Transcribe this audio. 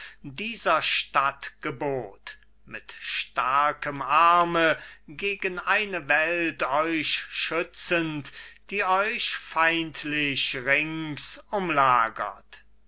dieser stadt gebot mit starkem arme gegen eine welt euch schützend die euch feindlich rings umlagert